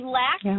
lack